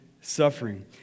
suffering